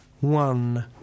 One